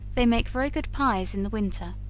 they make very good pies in the winter,